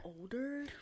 older